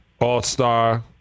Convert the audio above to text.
All-star